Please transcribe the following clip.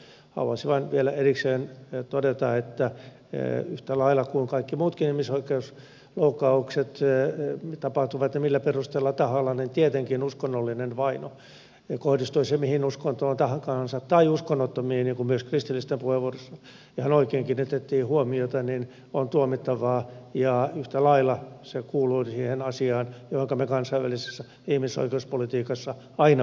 haluaisin vain vielä erikseen todeta että yhtä lailla kuin kaikki muutkin ihmisoikeusloukkaukset tapahtuvat ne millä perusteella tahansa tietenkin uskonnollinen vaino kohdistui se mihin uskontoon tahansa tai uskonnottomiin niin kuin myös kristillisten puheenvuorossa ihan oikein kiinnitettiin huomiota on tuomittavaa ja yhtä lailla se kuuluu siihen asiaan johonka me kansainvälisessä ihmisoikeuspolitiikassa aina puutumme